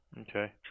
Okay